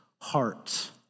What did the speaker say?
hearts